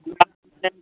आप ने